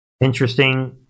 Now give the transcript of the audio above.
Interesting